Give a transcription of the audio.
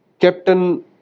Captain